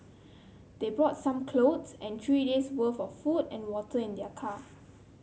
they brought some clothes and three days' worth of food and water in their car